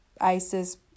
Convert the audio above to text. isis